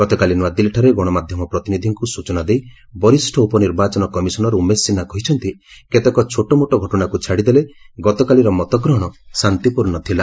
ଗତକାଲି ନୂଆଦିଲ୍ଲୀଠାରେ ଗଣମାଧ୍ୟମ ପ୍ରତିନିଧିଙ୍କୁ ସ୍ରଚନା ଦେଇ ବରିଷ୍ଠ ଉପନିର୍ବାଚନ କମିଶନର ଉମେଶ ସିହ୍ରା କହିଛନ୍ତି କେତେକ ଛୋଟମୋଟ୍ ଘଟଣାକୁ ଛାଡ଼ି ଦେଲେ ଗତକାଲିର ମତଗ୍ରହଣ ଶାନ୍ତିପୂର୍ଣ୍ଣ ଥିଲା